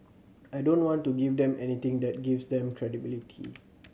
I don't want to give them anything that gives them credibility